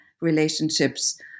relationships